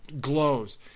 glows